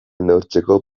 neurtzeko